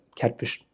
catfish